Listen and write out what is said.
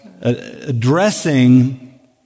addressing